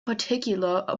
particular